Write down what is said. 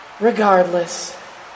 Regardless